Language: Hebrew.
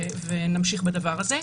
ונמשיך בדבר הזה.